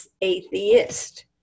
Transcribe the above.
atheist